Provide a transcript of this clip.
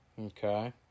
Okay